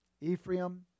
Ephraim